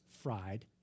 fried